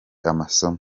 amasomo